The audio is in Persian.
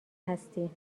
هستی